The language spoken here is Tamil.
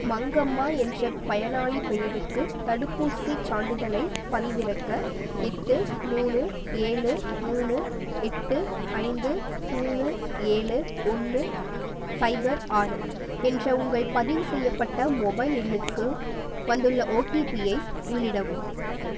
மங்கம்மா என்ற பயனாளிப் பெயருக்கு தடுப்பூசிச் சான்றிதழைப் பதிவிறக்க எட்டு மூணு ஏழு மூணு எட்டு ஐந்து மூணு ஏழு ஒன்று சைபர் ஆறு என்ற உங்கள் பதிவு செய்யப்பட்ட மொபைல் எண்ணுக்கு வந்துள்ள ஓடிபியை உள்ளிடவும்